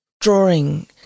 Drawing